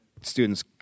students